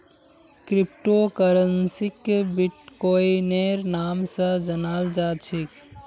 crypto करन्सीक बिट्कोइनेर नाम स जानाल जा छेक